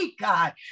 God